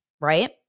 right